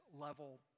level